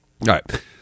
right